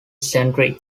sentry